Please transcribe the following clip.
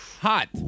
Hot